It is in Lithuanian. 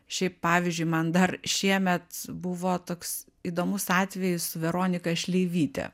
šiaip pavyzdžiui man dar šiemet buvo toks įdomus atvejis su veronika šleivyte